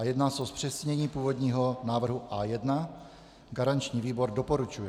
Jedná se o zpřesnění původního návrhu A1. Garanční výbor doporučuje.